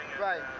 Right